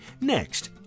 next